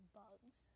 bugs